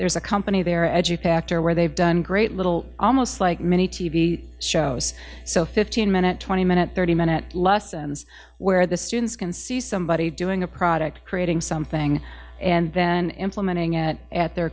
there's a company there education actor where they've done great little almost like many t v shows so fifteen minute twenty minute thirty minute lessons where the students can see somebody doing a product creating something and then implementing it at their